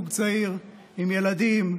עם ילדים,